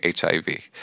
HIV